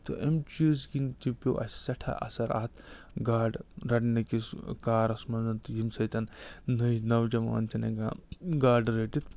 تہٕ اَمہِ چیٖز کِنۍ تہِ پیوٚو اَسہِ سٮ۪ٹھاہ اثر اَتھ گاڈٕ رَٹنہٕ کِس کارَس منٛز تہٕ ییٚمہِ سۭتۍ نٔے نوجوان چھِنہٕ ہٮ۪کان گاڈٕ رٔٹِتھ